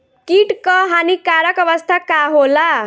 कीट क हानिकारक अवस्था का होला?